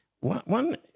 One